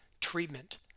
treatment